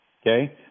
Okay